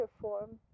form